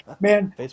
Man